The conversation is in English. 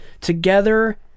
together